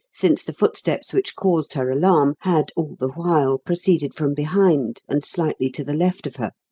since the footsteps which caused her alarm, had all the while proceeded from behind, and slightly to the left of her.